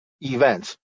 events